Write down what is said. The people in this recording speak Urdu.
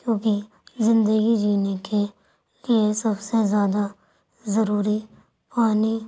کیونکہ زندگی جینے کے لیے سب سے زیادہ ضروری پانی